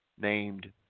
named